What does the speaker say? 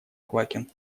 квакин